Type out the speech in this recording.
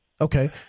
Okay